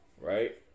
right